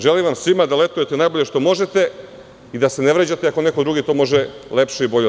Želim vam svima da letujete najbolje što možete i da se ne vređate ako neko drugi to može lepše i bolje od vas.